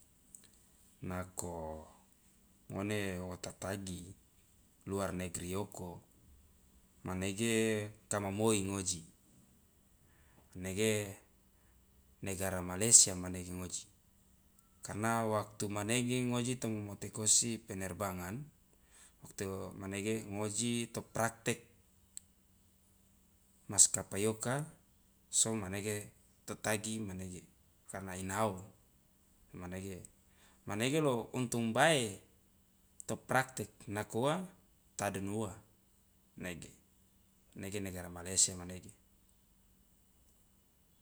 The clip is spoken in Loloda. Nako ngone wo tatagi luar negeri oko manege kama moi ngoji manege negara malaisya manege ngoji karna waktu manege ngoji tomomotekosi penerbangan waktu manege ngoji to praktek maskapai oka so manege to tagi manege karna ina ao manege manege lo untung bae to praktek nako uwa ta adonuwa manege manege negara malaysia manege.